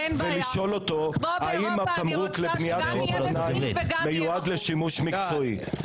האם התמרוק לבניית ציפורניים מיועד לשימוש מקצועי.